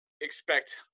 expect